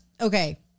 okay